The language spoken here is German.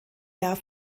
jahr